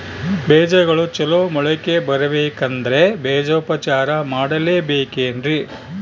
ಬೇಜಗಳು ಚಲೋ ಮೊಳಕೆ ಬರಬೇಕಂದ್ರೆ ಬೇಜೋಪಚಾರ ಮಾಡಲೆಬೇಕೆನ್ರಿ?